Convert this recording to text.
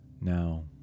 Now